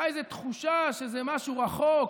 הייתה איזו תחושה שזה משהו רחוק,